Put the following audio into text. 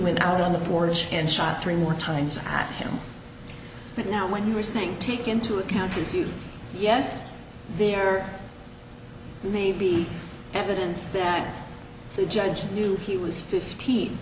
went out on the porch and shot three more times at him but now when you're saying take into account is he yes there may be evidence that the judge knew he was fifteen